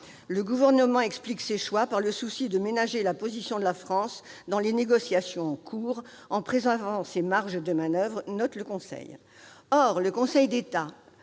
Le Gouvernement explique ces choix par le souci de ménager la position de la France dans les négociations en cours, en préservant ses marges de manoeuvre ». Or, selon le Conseil d'État,